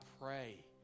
pray